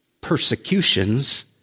persecutions